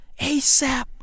ASAP